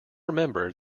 remember